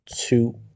two